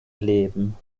leben